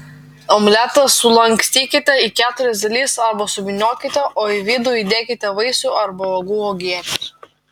omletą sulankstykite į keturias dalis arba suvyniokite o į vidų įdėkite vaisių arba uogų uogienės